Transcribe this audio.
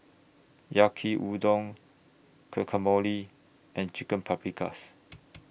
Yaki Udon Guacamole and Chicken Paprikas